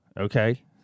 Okay